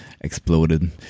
exploded